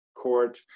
court